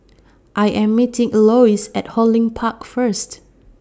I Am meeting Elois At Hong Lim Park First